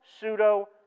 pseudo